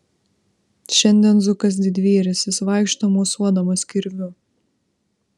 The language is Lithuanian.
šiandien zukas didvyris jis vaikšto mosuodamas kirviu